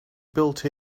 built